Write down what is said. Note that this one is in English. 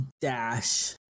dash